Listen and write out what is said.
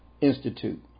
Institute